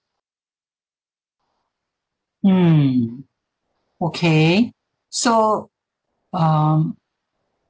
mm okay so um